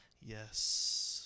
yes